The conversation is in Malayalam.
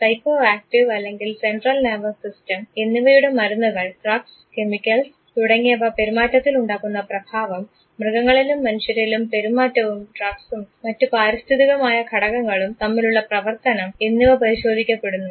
സൈക്കോ ആക്ടീവ് അല്ലെങ്കിൽ സെൻട്രൽ നെർവസ് സിസ്റ്റം എന്നിവയുടെ മരുന്നുകൾ ഡ്രഗ്സ് കെമിക്കൽസ് തുടങ്ങിയവ പെരുമാറ്റത്തിൽ ഉണ്ടാക്കുന്ന പ്രഭാവം മൃഗങ്ങളിലും മനുഷ്യരിലും പെരുമാറ്റവും ഡ്രഗ്സ്സും മറ്റ് പാരിസ്ഥിതികമായ ഘടകങ്ങളും തമ്മിലുള്ള പ്രവർത്തനം എന്നിവ പരിശോധിക്കപ്പെടുന്നു